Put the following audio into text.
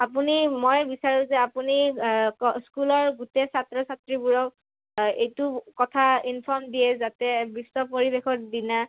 আপুনি মই বিচাৰোঁ যে আপুনি স্কুলৰ গোটেই ছাত্ৰ ছাত্ৰীবোৰক এইটো কথা ইনফৰ্ম দিয়ে যাতে বিশ্ব পৰিৱেশৰ দিনা